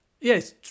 Yes